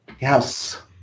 Yes